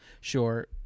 sure